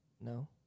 No